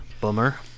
bummer